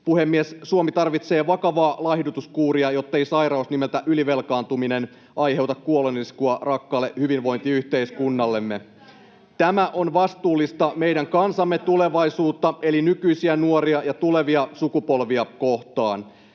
Suomi tarvitsee vakavaa laihdutuskuuria, jottei sairaus nimeltä ylivelkaantuminen aiheuta kuoloniskua rakkaalle hyvinvointiyhteiskunnallemme. Tämä on vastuullista meidän kansamme tulevaisuutta eli nykyisiä nuoria ja tulevia sukupolvia kohtaan.